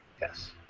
Yes